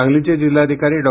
सांगलीचे जिल्हाधिकारी डॉ